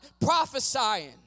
prophesying